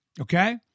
Okay